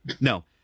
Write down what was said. No